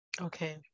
Okay